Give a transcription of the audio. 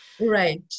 right